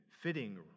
fitting